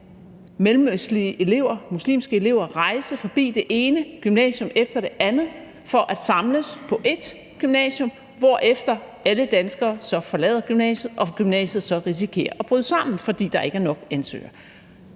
muslimske elever, rejse forbi det ene gymnasium efter det andet for at samles på ét gymnasium, hvorefter alle danskere forlader gymnasiet og gymnasiet så risikerer at bryde sammen, fordi der ikke er nok ansøgere.